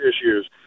issues